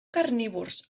carnívors